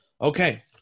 Okay